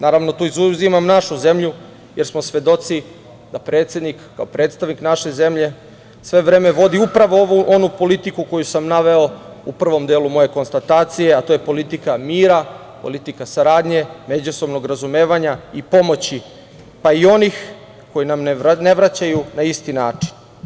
Naravno tu izuzimam našu zemlju, jer smo svedoci da predsednik kao predstavnik naše zemlje sve vreme vodi upravo ovu politiku koju sam naveo u prvom delu moje konstatacije, a to je politika mira, politika saradnje međusobnog razumevanja i pomoći, pa i onih koji nam ne vraćaju na isti način.